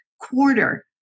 quarter